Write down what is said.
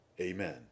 Amen